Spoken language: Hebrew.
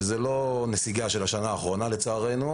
זו לא נסיגה של השנה האחרונה לצערנו,